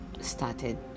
started